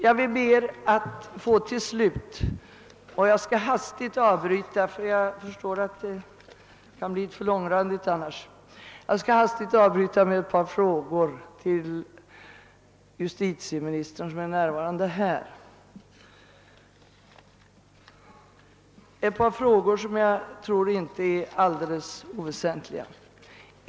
= Jag skall nu hastigt avbryta min framställning med ett par frågor till justitieministern, ty jag kan annars bli för långrandig. Det är följande frågor, som jag tror inte är alldeles oväsentliga.